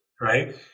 right